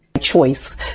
Choice